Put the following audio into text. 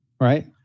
right